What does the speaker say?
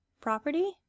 Property